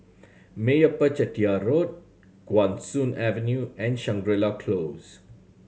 Meyappa Chettiar Road Guan Soon Avenue and Shangri La Close